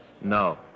No